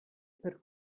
per